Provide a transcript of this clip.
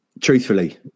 truthfully